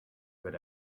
good